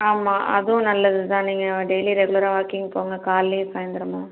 ஆமாம் அதுவும் நல்லது தான் நீங்கள் டெய்லியும் ரெகுலராக வாக்கிங் போங்கள் காலைலயும் சாய்ந்திரமும்